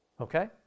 Okay